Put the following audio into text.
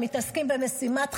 הם מתעסקים במשימת חייהם,